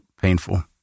painful